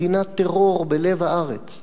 מדינת טרור בלב הארץ.